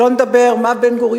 שלא לדבר על מה בן-גוריון,